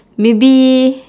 maybe